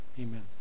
Amen